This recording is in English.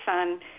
son